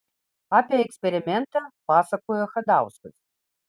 apie eksperimentą pasakojo chadauskas